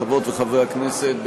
חברות וחברי הכנסת,